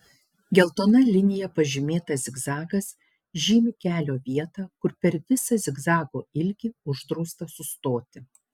geltona linija pažymėtas zigzagas žymi kelio vietą kur per visą zigzago ilgį uždrausta sustoti